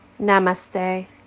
Namaste